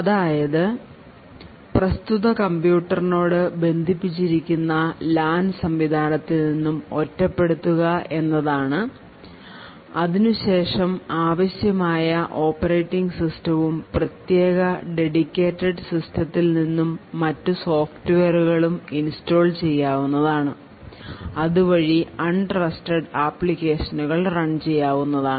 അതായത്പ്രസ്തുത കംപ്യൂട്ടറിനെ അതിനോട് ബന്ധിപ്പിച്ചിരിക്കുന്ന ലാൻ സംവീധാനത്തിൽ നിന്നും ഒറ്റപ്പെടുത്തുക എന്നതാണ് അതിനു ശേഷം ആവശ്യമായ ഓപ്പറേറ്റിങ് സിസ്റ്റവും പ്രത്യേക Dedicated സിസ്റ്റത്തിൽ നിന്നും മറ്റു സോഫ്റ്റ്വെയറുകളും ഇൻസ്റ്റോൾചെയ്യാവുന്നതാണ് അതുവഴി അൺ ട്രസ്റ്റഡ് അപ്ലിക്കേഷനുകൾ റൺ ചെയ്യാവുന്നതാണ്